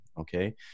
Okay